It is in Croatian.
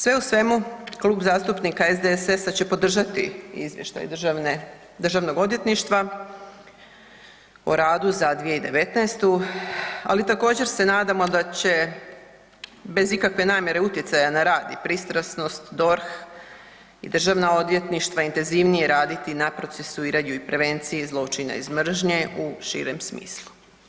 Sve u svemu Klub zastupnika SDSS-a će podržati izvještaj Državnog odvjetništva o radu za 2019., ali također se nadamo da će bez ikakve namjere utjecaja na rad i pristranost DORH i državna odvjetništva intenzivnije raditi na procesuiranju i prevenciji zločina iz mržnje u širem smislu.